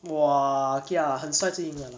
!wah! kia 很帅就赢 liao lah